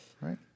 right